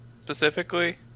specifically